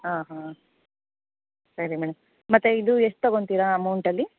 ಹಾಂ ಹಾಂ ಸರಿ ಮೇಡಮ್ ಮತ್ತೆ ಇದು ಎಷ್ಟು ತಗೊತೀರ ಅಮೌಂಟಲ್ಲಿ